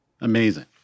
Amazing